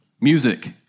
Music